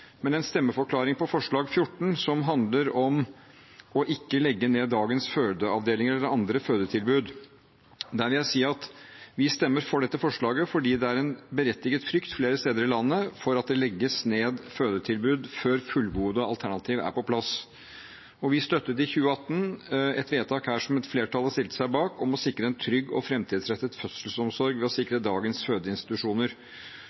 Men en stemmeforklaring på forslag nr. 13, som handler om ikke å legge ned dagens fødeavdelinger eller andre fødetilbud: Der vil jeg si at vi stemmer for dette forslaget fordi det er en berettiget frykt flere steder i landet for at det legges ned fødetilbud før fullgode alternativ er på plass. Vi støttet i 2018 et vedtak her som et flertall stilte seg bak, om å sikre en trygg og framtidsrettet fødselsomsorg ved å